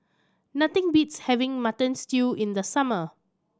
nothing beats having Mutton Stew in the summer